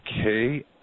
Okay